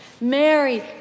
Mary